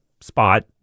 spot